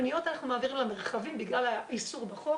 פניות אנחנו מעבירים למרחבים בגלל האיסור בחוק,